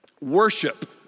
worship